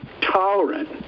tolerant